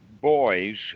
boys